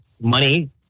money